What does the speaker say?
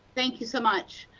thank you so much.